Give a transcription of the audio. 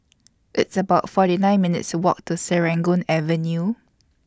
It's about forty nine minutes' Walk to Serangoon Avenue